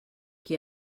qui